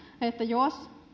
että jos